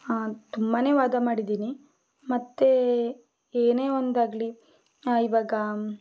ತುಂಬಾ ವಾದ ಮಾಡಿದ್ದೀನಿ ಮತ್ತು ಏನೇ ಒಂದಾಗಲಿ ಈವಾಗ